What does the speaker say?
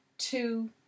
Two